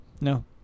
No